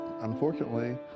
unfortunately